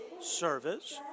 Service